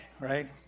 right